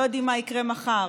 לא יודעים מה יקרה מחר?